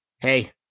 hey